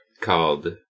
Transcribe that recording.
called